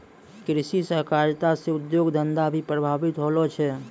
कृषि सहकारिता से उद्योग धंधा भी प्रभावित होलो छै